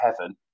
heaven